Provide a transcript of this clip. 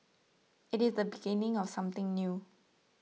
it is the beginning of something new